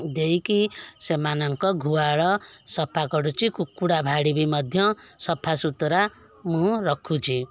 ଦେଇକି ସେମାନଙ୍କ ଗୁହାଳ ସଫାକରୁଛି କୁକୁଡ଼ା ଭାଡ଼ି ବି ମଧ୍ୟ ସଫାସୁତରା ମୁଁ ରଖୁଛି